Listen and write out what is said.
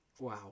Wow